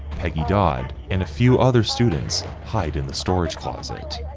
peggy, dodd and a few other students hide in the storage closet.